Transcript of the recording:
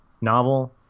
novel